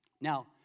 Now